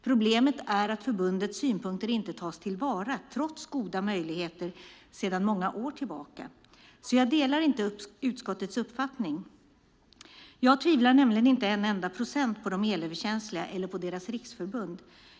Problemet är att förbundets synpunkter inte tas till vara, trots goda möjligheter sedan många år tillbaka. Jag delar alltså inte utskottets uppfattning. Jag tvivlar nämligen inte en enda procent på de elöverkänsliga eller på deras riksförbund.